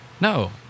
no